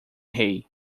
rei